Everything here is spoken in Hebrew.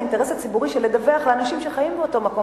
לאינטרס הציבורי של לדווח לאנשים שחיים באותו מקום,